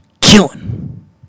killing